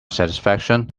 satisfaction